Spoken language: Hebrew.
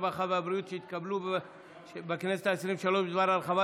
הרווחה והבריאות שהתקבלו בכנסת העשרים-ושלוש בדבר הרחבת